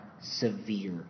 severe